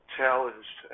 challenged